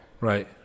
Right